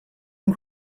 can